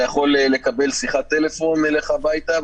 אתה יכול לקבל שיחת טלפון אליך הביתה,